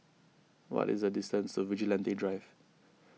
what is the distance to Vigilante Drive